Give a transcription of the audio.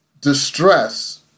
distress